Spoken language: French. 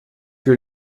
que